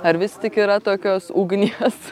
ar vis tik yra tokios ugnies